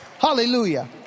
Hallelujah